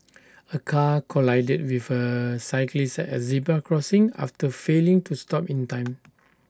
A car collided with A cyclist at zebra crossing after failing to stop in time